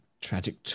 tragic